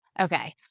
okay